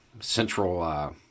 Central